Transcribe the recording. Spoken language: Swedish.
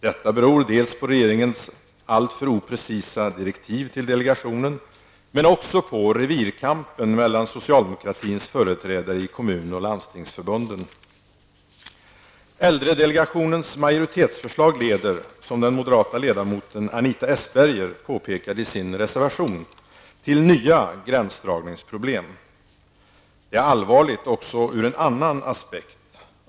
Detta beror dels på regeringens alltför oprecisa direktiv till delegationen, dels på revirkampen mellan socialdemokratins företrädare i Kommun och Landstingsförbunden. Äldredelegationens majoritetsförslag leder, som den moderata ledamoten Anita Estberger påpekade i sin reservation, till nya gränsdragningsproblem. Det är allvarligt också ur en annan aspekt.